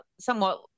somewhat